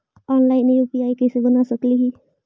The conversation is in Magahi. ऑनलाइन यु.पी.आई कैसे बना सकली ही?